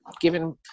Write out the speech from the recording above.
given